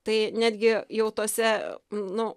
tai netgi jau tuose nu